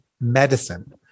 medicine